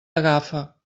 agafa